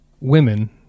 women